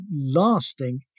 lasting